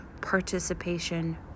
participation